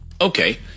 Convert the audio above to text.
Okay